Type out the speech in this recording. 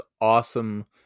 awesome